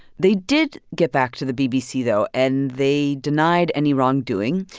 they did get back to the bbc, though, and they denied any wrongdoing.